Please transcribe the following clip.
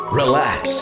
relax